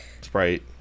Sprite